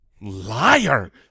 Liar